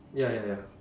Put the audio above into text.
ya ya ya